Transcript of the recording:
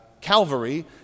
Calvary